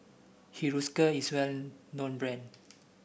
Hiruscar is well known brand